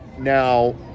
now